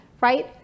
right